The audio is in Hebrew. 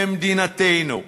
במדינתנו.